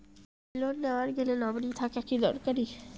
Loan নেওয়ার গেলে nominee থাকা কি দরকারী?